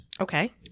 Okay